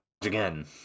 again